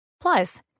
Plus